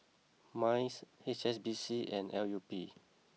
Minds HSBC and L U P